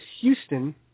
Houston